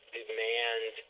demand